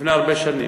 לפני הרבה שנים.